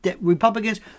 Republicans